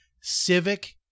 civic